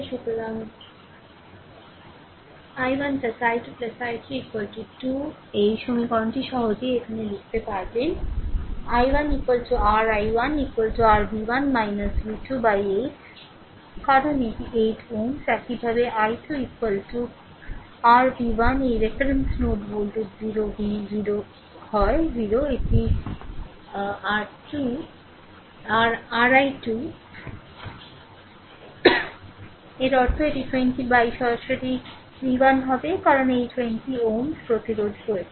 সুতরাং i1 i 2 i3 2 এই সমীকরণটি সহজেই এখন লিখতে পারবেন i1 r i1 r v1 v2 by 8 কারণ এটি 8 Ω একইভাবে i 2 r v1 এই রেফারেন্স নোড ভোল্টেজ 0 v 0 হয় 0 এটি ri 2 এর অর্থ এটি 20 বাই সরাসরি V 1 হবে কারণ এই 20 Ω প্রতিরোধের রয়েছে